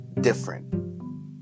different